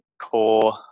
core